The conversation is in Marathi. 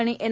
आणि एन